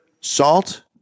salt